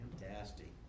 Fantastic